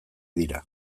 dira